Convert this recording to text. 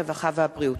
הרווחה והבריאות.